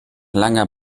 langer